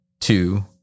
two